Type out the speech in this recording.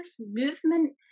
movement